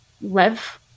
live